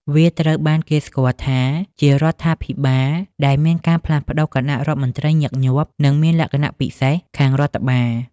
វាត្រូវបានគេស្គាល់ថាជារដ្ឋាភិបាលដែលមានការផ្លាស់ប្តូរគណៈរដ្ឋមន្ត្រីញឹកញាប់ និងមានលក្ខណៈពិសេសខាងរដ្ឋបាល។